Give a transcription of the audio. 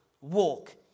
walk